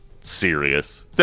serious